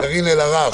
קארין אלהרר,